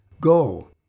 Go